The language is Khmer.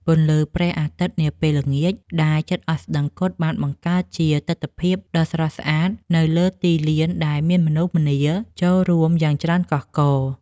ពន្លឺព្រះអាទិត្យនាពេលល្ងាចដែលជិតអស្តង្គតបានបង្កើតជាទិដ្ឋភាពដ៏ស្រស់ស្អាតនៅលើទីលានដែលមានមនុស្សម្នាចូលរួមយ៉ាងកុះករ។